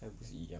还不是一样